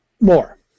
More